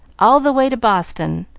all the way to boston,